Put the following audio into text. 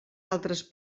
altres